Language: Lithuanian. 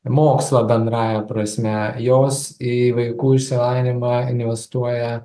mokslą bendrąja prasme jos į vaikų išsilavinimą investuoja